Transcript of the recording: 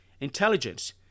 Intelligence